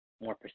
more